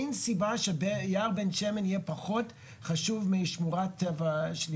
אין סיבה שביער בן שמן יהיה פחות חשוב משמורת טבע,